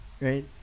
right